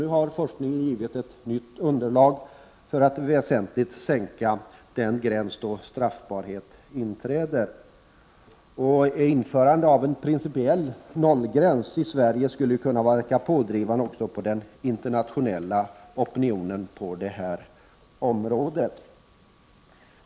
Nu har forskningen givit ett nytt underlag för att väsentligt sänka den gräns där straffbarhet inträder. Ett införande av en principiell nollgräns i Sverige skulle kunna verka pådrivande också på den internationella opinionen på området.